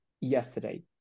yesterday